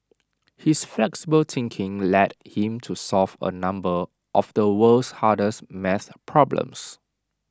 his flexible thinking led him to solve A number of the world's hardest maths problems